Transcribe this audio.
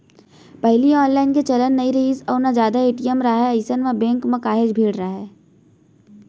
पहिली ऑनलाईन के चलन नइ रिहिस अउ ना जादा ए.टी.एम राहय अइसन म बेंक म काहेच भीड़ राहय